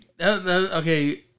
Okay